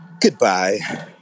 Goodbye